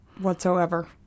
whatsoever